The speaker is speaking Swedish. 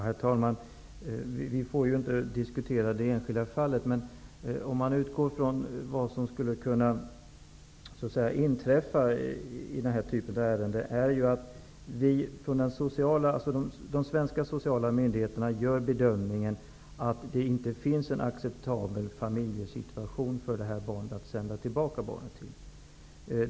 Herr talman! Vi får ju inte diskutera det enskilda fallet. Men vad som skulle kunna inträffa i den här typen av ärenden är ju att de svenska sociala myndigheterna gör den bedömningen att det inte finns en acceptabel familjesituation för barnet att sändas tillbaka till.